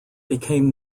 became